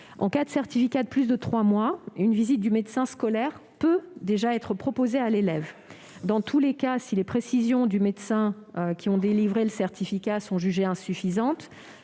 En cas de certificat de plus de trois mois, une visite du médecin scolaire peut être proposée à l'élève. Dans tous les cas, si les précisions du médecin ayant délivré le certificat sont jugées insuffisantes,